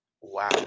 Wow